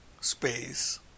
space